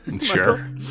Sure